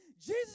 Jesus